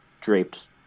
draped